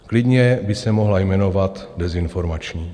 Klidně by se mohla jmenovat dezinformační.